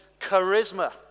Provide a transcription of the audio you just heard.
charisma